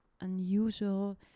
unusual